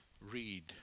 Read